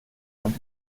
wenn